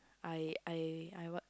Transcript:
I I I what